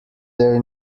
their